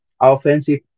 offensive